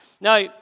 Now